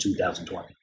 2020